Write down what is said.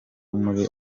muri